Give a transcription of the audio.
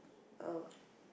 oh